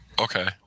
Okay